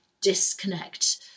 disconnect